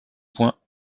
point